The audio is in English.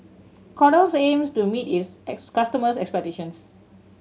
Kordel's aims to meet its customers' expectations